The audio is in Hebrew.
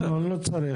לא צריך.